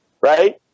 right